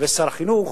ושר החינוך.